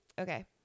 Okay